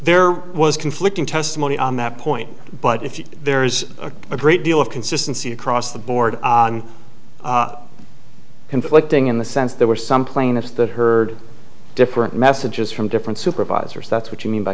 there was conflicting testimony on that point but if you there's a great deal of consistency across the board conflicting in the sense there were some plaintiffs that heard different messages from different supervisors that's what you mean by